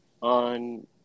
on